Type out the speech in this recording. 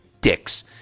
dicks